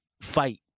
fight